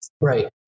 Right